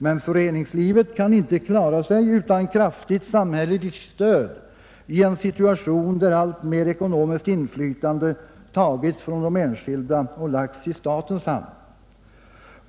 Men föreningslivet kan inte klara sig utan ett kraftigt samhälleligt stöd i en situation där alltmer ekonomiskt inflytande tagits från enskilda och lagts i statens hand.